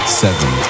seven